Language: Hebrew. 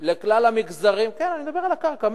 לכלל המגזרים, הקרקע, כן, אני מדבר על הקרקע.